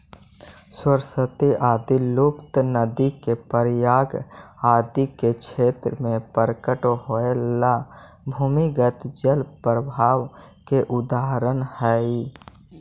सरस्वती आदि लुप्त नदि के प्रयाग आदि क्षेत्र में प्रकट होएला भूमिगत जल प्रवाह के उदाहरण हई